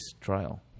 trial